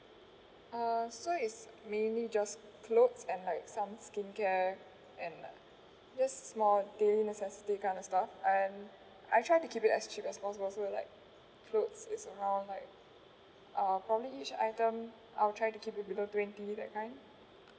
uh so it's mainly just cloth and like some skincare and uh just small daily necessity kind of stuff and I try to keep it as cheap as possible so it were like cloth it's around like uh probably each item I'll try to keep it below twenty that kind